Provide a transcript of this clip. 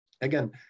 again